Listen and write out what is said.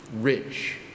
rich